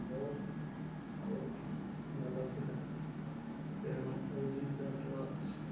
ବହୁତ ବହୁତ ଭଲ ଥିଲା ତେଣୁ ଏଇ ଜିନ୍ ପ୍ୟାଣ୍ଟର